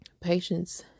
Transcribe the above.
patience